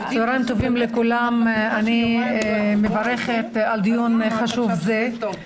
צוהריים טובים לכולם, אני מברכת על דיון חשוב זה.